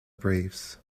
braves